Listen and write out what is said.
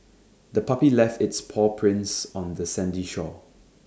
the puppy left its paw prints on the sandy shore